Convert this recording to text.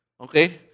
Okay